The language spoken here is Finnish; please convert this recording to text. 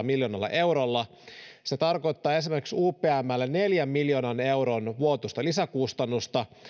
miljoonalla eurolla niin se tarkoittaa esimerkiksi upmlle neljän miljoonan euron vuotuista lisäkustannusta